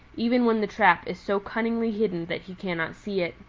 even when the trap is so cunningly hidden that he cannot see it.